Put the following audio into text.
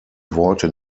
worte